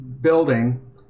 building